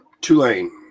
Tulane